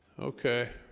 okay,